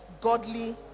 godly